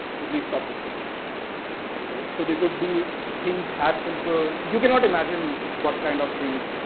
so please stop this construction right. so, there could be things as simple, you cannot imagine what kind of things,